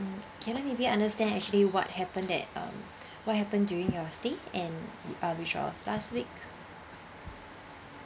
um can I maybe understand actually what happened that um what happened during your stay and last week